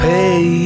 Pay